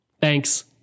Thanks